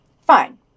Fine